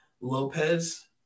Lopez